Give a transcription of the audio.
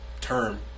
term